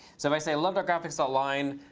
so if i say, love but graphics ah line,